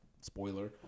Spoiler